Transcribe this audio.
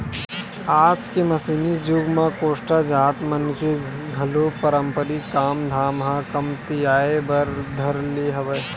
आज के मसीनी जुग म कोस्टा जात मन के घलो पारंपरिक काम धाम ह कमतियाये बर धर ले हवय